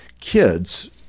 kids